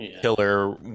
killer